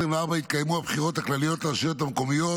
התקיימו הבחירות הכלליות לרשויות המקומיות,